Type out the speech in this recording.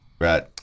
right